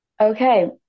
okay